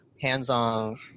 hands-on